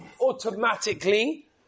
automatically